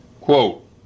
Quote